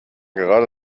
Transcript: gerade